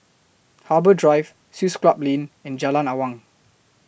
Harbour Drive Swiss Club Lane and Jalan Awang